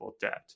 debt